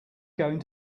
going